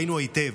ראינו היטב,